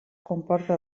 comporta